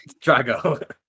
Drago